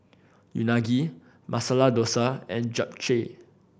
Unagi Masala Dosa and Japchae